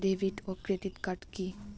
David ও credit card কি?